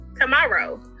tomorrow